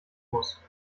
muss